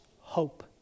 hope